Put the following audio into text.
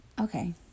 Okay